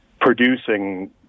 producing